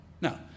Now